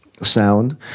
sound